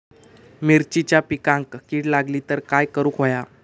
मिरचीच्या पिकांक कीड लागली तर काय करुक होया?